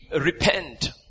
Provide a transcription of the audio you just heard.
repent